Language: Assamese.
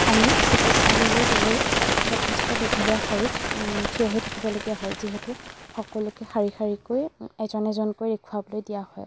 আমি চিকিৎসালয়লৈ গ'লে যথেষ্ট দীঘলীয়া শাৰীত থিয় হৈ থাকিবলগীয়া হয় যিহেতু সকলোকে শাৰী শাৰীকৈ এজন এজনকৈ দেখোৱাবলৈ দিয়া হয়